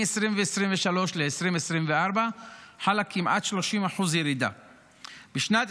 מ-2023 ל-2024 חלה ירידה של כמעט 30%; בשנת